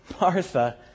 Martha